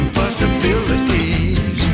possibilities